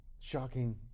shocking